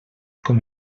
com